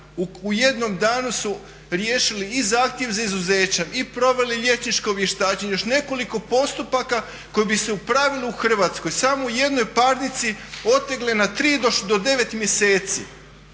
U jednom danu su riješili i zahtjev za izuzećem, i proveli liječničko vještačenje i još nekoliko postupaka koji bi se u pravilu u Hrvatskoj samo u jednoj parnici otegli na 3 do 9 mjeseci.